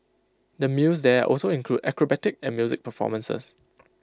the meals there also include acrobatic and music performances